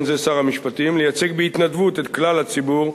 זה שר המשפטים לייצג בהתנדבות את כלל הציבור,